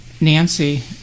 Nancy